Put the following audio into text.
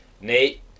Nate